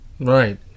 Right